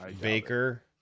Baker